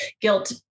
guilt